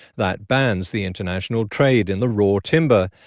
that bans the international trade in the raw timber.